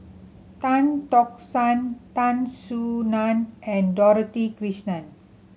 Tan Tock San Tan Soo Nan and Dorothy Krishnan